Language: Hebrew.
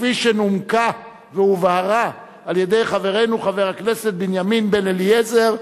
כפי שנומקה והובהרה על-ידי חברנו חבר הכנסת בנימין בן-אליעזר,